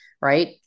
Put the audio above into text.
right